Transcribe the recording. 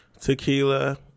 Tequila